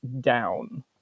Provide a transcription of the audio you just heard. down